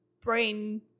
brain